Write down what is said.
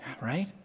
Right